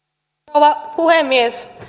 rouva puhemies